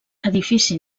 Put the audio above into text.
edifici